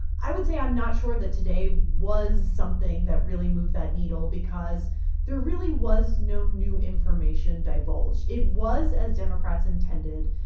i would say, i'm not sure that today was something that really moved that needle because there really was no new information divulged it was, as democrats intended,